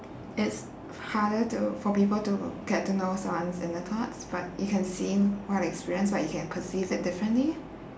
it's harder to for people to get to know someone's inner thoughts but you can see what experience what you can perceives it differently